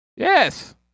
Yes